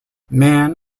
man